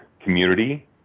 community